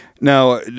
now